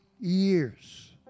years